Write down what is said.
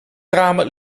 ramen